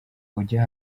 ujya